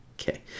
okay